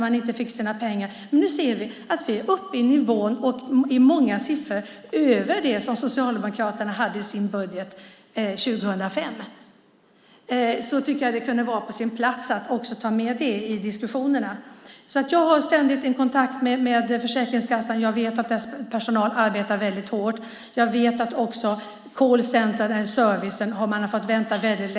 Men nu ser vi att vi är uppe i nivå med, och i många siffror över, det som Socialdemokraterna hade i sin budget 2005. Jag tycker alltså att det kunde vara på sin plats att ta med också det i diskussionerna. Jag har ständig kontakt med Försäkringskassan, jag vet att deras personal arbetar väldigt hårt, och jag vet att man också fått vänta väldigt länge i callcenter på service.